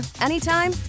anytime